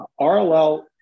RLL